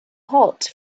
hot